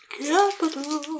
Capital